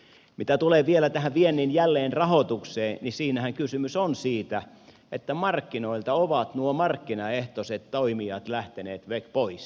mitä tulee vielä tähän viennin jälleenrahoitukseen niin siinähän kysymys on siitä että markkinoilta ovat nuo markkinaehtoiset toimijat lähteneet pois